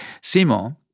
Simon